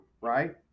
right